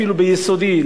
אפילו יסודי,